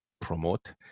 promote